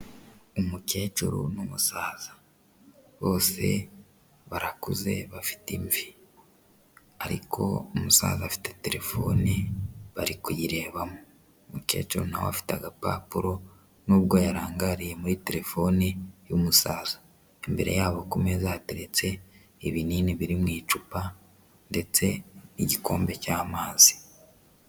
Umukecuru n'umusaza bose barakuze bafite imvi ariko umusaza afite telefone bari kuyirebamo, umukecuru nawe afite agapapuro n'ubwo yarangariye muri telefone y'umusaza. Imbere yabo ku meza hateretse ibinini biri mu icupa ndetse n'igikombe cy'amazi.